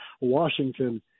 Washington